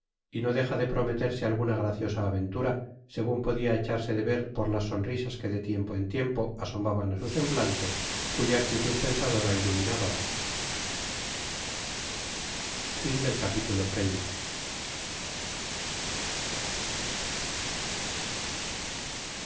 y no dejaba de prometerse alguna graciosa aventura segun podia echarse de ver por las sonrisas que de tiempo en tiempo asomaban á su semblante cuya actitud pensadora iluminaban